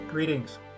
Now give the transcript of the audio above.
Greetings